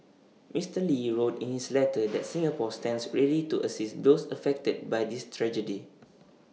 Mister lee wrote in his letter that Singapore stands ready to assist those affected by this tragedy